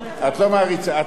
את מעריכה מאוד.